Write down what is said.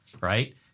right